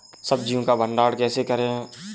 सब्जियों का भंडारण कैसे करें?